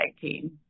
team